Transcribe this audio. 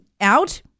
out